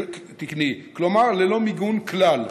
כלומר, ללא מיגון כלל.